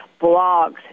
blogs